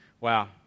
Wow